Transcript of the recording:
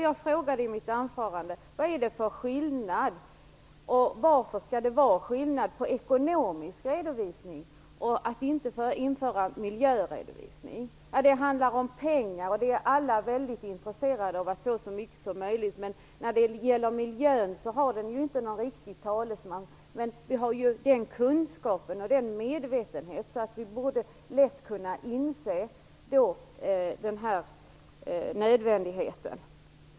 Jag frågade i mitt anförande vad det är för skillnad - och varför skall det vara skillnad - på ekonomisk redovisning och miljöredovisning. Det handlar om pengar, och det är alla väldigt intresserade att få så mycket som möjligt. Miljön har ju inte någon riktig talesman, men vi har ju kunskap och medvetenhet. Därför borde vi lätt kunna inse att detta är nödvändigt.